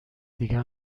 دیگه